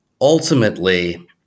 ultimately